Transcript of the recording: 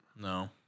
No